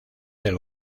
del